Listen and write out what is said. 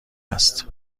است